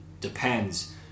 Depends